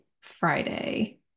Friday